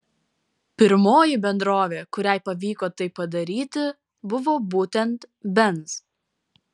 pirmoji bendrovė kuriai pavyko tai padaryti buvo būtent benz